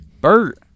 Bert